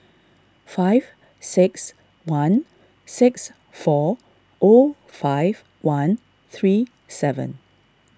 five six one six four zero five one three seven